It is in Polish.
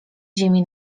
ziemi